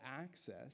access